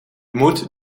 moet